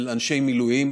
של אנשי מילואים,